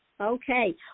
Okay